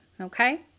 okay